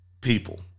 people